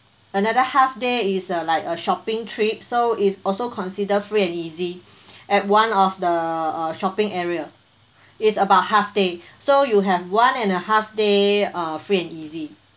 another half day is a like a shopping trip so is also consider free and easy at one of the uh shopping area is about half day so you have one and a half day uh free and easy